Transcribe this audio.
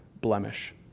blemish